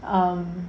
um